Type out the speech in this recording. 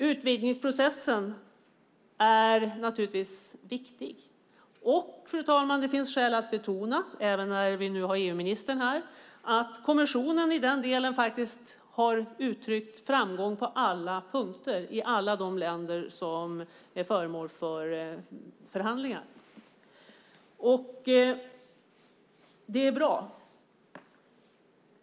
Utvidgningsprocessen är givetvis viktig, och det finns skäl att betona, också när EU-ministern är närvarande i kammaren, att kommissionen i den delen uttryckt framgång på alla punkter och i alla de länder som är föremål för förhandlingar. Det är bra.